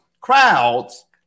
crowds